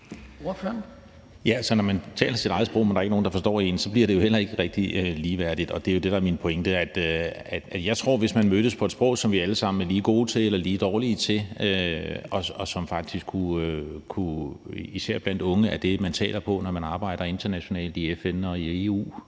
Når man taler sit eget sprog, men der ikke er nogen, der forstår en, bliver det jo heller ikke rigtig ligeværdigt, og det er jo det, der er min pointe. Jeg tror, at hvis man mødtes på et sprog, som vi alle sammen er lige gode til eller lige dårlige til, og som faktisk, især blandt unge, er det, man taler, når man arbejder internationalt i FN og i EU,